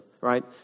right